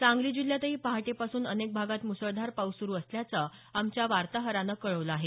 सांगली जिल्ह्यातही पहाटेपासून अनेक भागात मुसळधार पाऊस सुरु असल्याचं आमच्या वार्ताहरानं कळवलं आहे